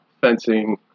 fencing